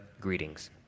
greetings